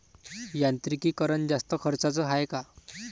यांत्रिकीकरण जास्त खर्चाचं हाये का?